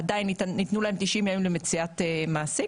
עדיין ניתנו להם 90 ימים למציאת מעסיק.